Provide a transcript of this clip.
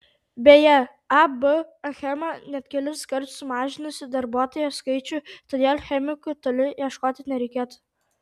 beje ab achema net keliskart sumažinusi darbuotojų skaičių todėl chemikų toli ieškoti nereikėtų